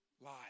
Lie